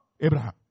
Abraham